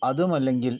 അതുമല്ലെങ്കിൽ